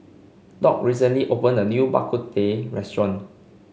Doc recently opened a new Bak Ku Teh restaurant